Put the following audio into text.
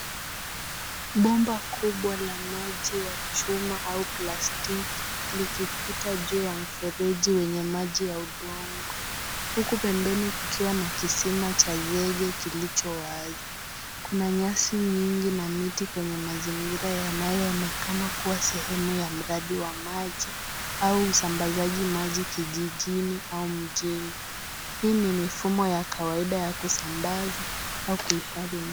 Bomba kubwa la maji la chuma au plastiki likipita juu ya mfereji lenye maji ya udongo. Huku pembeni ikiwa na kisima cha zege kilicho wazi. Kuna nyasi nyingi na miti kwenye mazingira yanayoonekana kuwa sehemu ya mradi wa maji au usambazaji maji kijijini au mjini. Hii ni mifumo ya kawaida ya kusambaza au kuhifadhi maji.